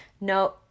No